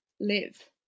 live